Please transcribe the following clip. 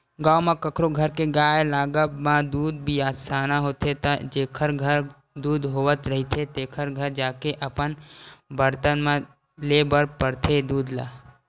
गाँव म कखरो घर के गाय लागब म दूद बिसाना होथे त जेखर घर दूद होवत रहिथे तेखर घर जाके अपन बरतन म लेय बर परथे दूद ल